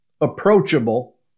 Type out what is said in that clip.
approachable